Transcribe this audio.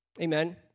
Amen